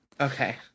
okay